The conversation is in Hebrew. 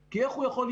לכן זה לגמרי